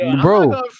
Bro